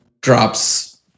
Drops